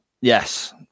yes